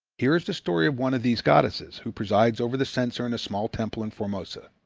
here is the story of one of these goddesses who presides over the censer in a small temple in formosa.